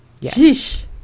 Yes